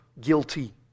guilty